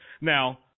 Now